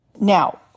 Now